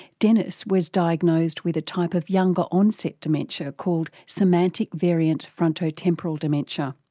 dennis was diagnosed with a type of younger onset dementia called semantic variant frontotemporal dementia.